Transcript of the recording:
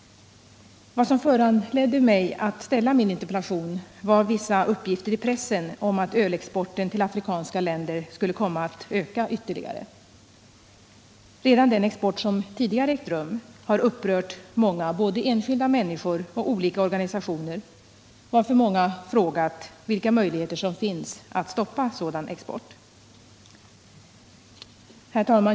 Vad som föranledde mig att ställa min interpellation var vissa uppgifter i pressen om att ölexporten till afrikanska länder skulle komma att öka ytterligare. Redan den export som tidigare ägt rum har upprört både enskilda människor och olika organisationer, varför många frågat vilka möjligheter som finns att stoppa sådan export.